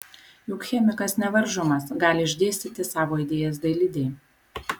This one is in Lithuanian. juk chemikas nevaržomas gali išdėstyti savo idėjas dailidei